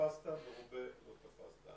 תפסת מרובה לא תפסת.